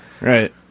Right